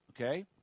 Okay